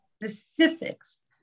specifics